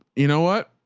you know what,